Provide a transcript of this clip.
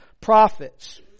prophets